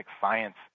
science